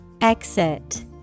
Exit